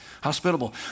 Hospitable